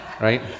Right